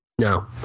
No